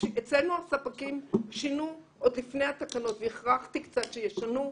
אצלנו הספקים שינו עוד לפני התקנות והכרחתי קצת שישנו וישפרו.